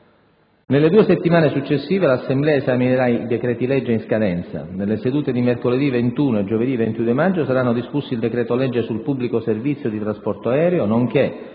Nelle due settimane successive l'Assemblea esaminerà i decreti-legge in scadenza: nelle sedute di mercoledì 21 e giovedì 22 maggio saranno discussi il decreto-legge sul pubblico servizio di trasporto aereo, nonché